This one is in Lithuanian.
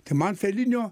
tai man felinio